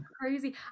crazy